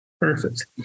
Perfect